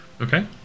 Okay